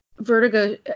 Vertigo